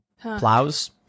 plows